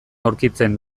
aurkitzen